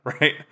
right